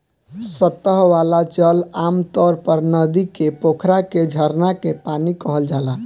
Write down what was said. सतह वाला जल आमतौर पर नदी के, पोखरा के, झरना के पानी कहल जाला